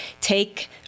take